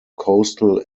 coastal